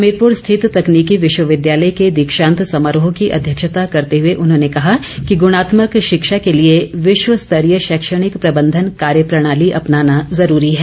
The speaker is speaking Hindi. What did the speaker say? हमीरपुर स्थित तकनीकी विश्वविद्यालय के दीक्षांत समारोह की अध्यक्षता करते हुए उन्होंने कहा कि गुणात्मक शिक्षा के लिए विश्व स्तरीय शैक्षणिक प्रबंधन कार्य प्रणाली अपनाना ज़रूरी है